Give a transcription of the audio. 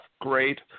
Great